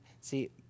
See